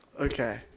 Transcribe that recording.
Okay